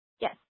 Yes